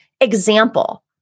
example